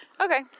Okay